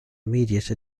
immediate